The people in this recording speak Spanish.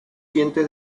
dientes